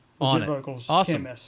Awesome